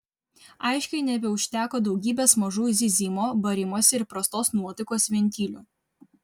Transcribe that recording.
aiškiai nebeužteko daugybės mažų zyzimo barimosi ir prastos nuotaikos ventilių